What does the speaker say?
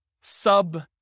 sub